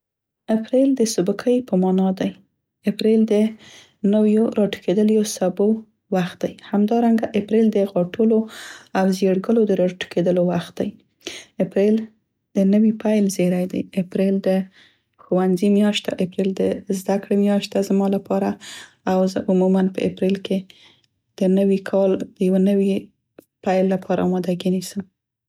اپریل د سبکۍ په معنا دی. اپریل د نویو راټوکیدلیو سبو وخت دی. همدرانګه اپریل د غاټولو او زیړګلو د راټوکیدلو وخت دی. اپریل د نوي پیل زیری دی. اپریل د ښوونځي میاشت ده. اپریل د زده کړو میاشت ده زما لپاره او زه عموماً په اپریل کې د نوي کال د یوي نوي پیل لپاره اماده ګي نیسم.